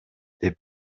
деп